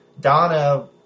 Donna